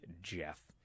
Jeff